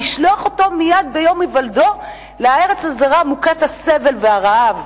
לשלוח אותו מייד ביום היוולדו לארץ הזרה מוכת הסבל והרעב.